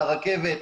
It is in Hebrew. הרכבת,